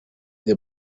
the